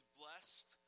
blessed